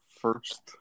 first